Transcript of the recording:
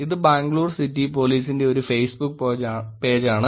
ഇത് ബാംഗ്ലൂർ സിറ്റി പോലീസിന്റെ ഒരു ഫേസ്ബുക്ക് പേജാണ്